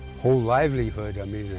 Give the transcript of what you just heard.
whole livelihood. i mean,